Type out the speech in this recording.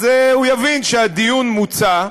אז הוא יבין שהדיון מוצה,